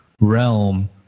realm